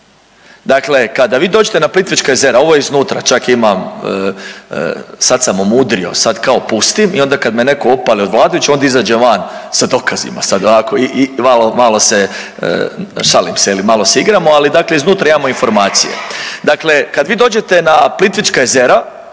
Dakle, kada vi dođete na Plitvička jezera, ovo je iznutra. Čak imam, sad sam omudrio, sad kao pustim i onda kad me netko opali od vladajućih onda izađem van sa dokazima onako i malo, šalim se malo se igramo, ali dakle iznutra imamo informacije. Dakle, kad vi dođete na Plitvička jezera